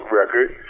record